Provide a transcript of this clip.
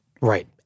Right